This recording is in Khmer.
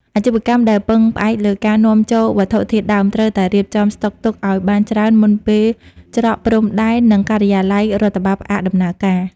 អាជីវកម្មដែលពឹងផ្អែកលើការនាំចូលវត្ថុធាតុដើម ត្រូវតែរៀបចំស្តុកទុកឱ្យបានច្រើនមុនពេលច្រកព្រំដែន និងការិយាល័យរដ្ឋបាលផ្អាកដំណើរការ។